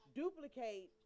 duplicate